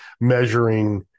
measuring